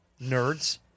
nerds